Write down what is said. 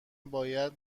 باید